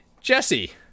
Jesse